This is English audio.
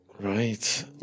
Right